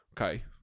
okay